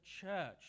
church